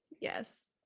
yes